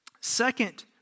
Second